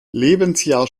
lebensjahr